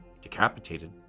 decapitated